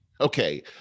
okay